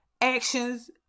actions